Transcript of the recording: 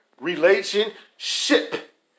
Relationship